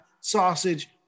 sausage